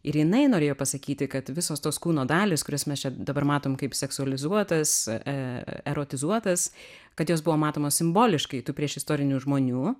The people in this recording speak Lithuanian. ir jinai norėjo pasakyti kad visos tos kūno dalys kurias mes čia dabar matom kaip seksualizuotas e erotizuotas kad jos buvo matomos simboliškai tų priešistorinių žmonių